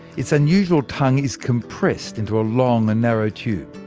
its unusual tongue is compressed into a long and narrow tube.